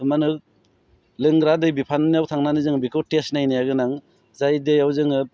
मा होनो लोंग्रा दै बिफाननियाव थांनानै जोङो बेखौ टेस्ट नायनाया गोनां जाय दैयाव जोङो